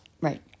Right